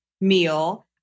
meal